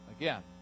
again